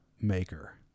maker